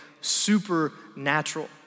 supernatural